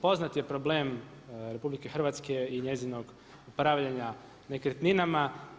Poznat je problem RH i njezinog upravljanja nekretninama.